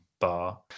bar